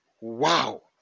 wow